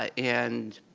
and.